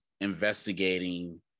investigating